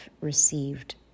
received